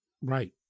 right